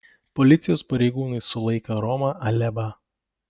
policijos pareigūnai sulaikė romą alėbą